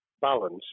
balance